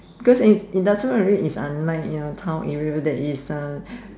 because in industrial is unlike your town area that is a